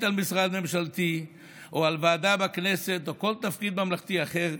על משרד ממשלתי או על ועדה בכנסת או כל תפקיד ממלכתי אחר,